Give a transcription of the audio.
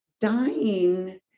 dying